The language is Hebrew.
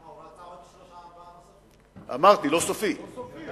הוא רצה עוד שלושה, ארבעה, אמרתי: לא סופי.